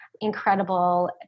incredible